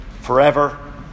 forever